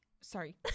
sorry